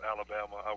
Alabama